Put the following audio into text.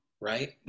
right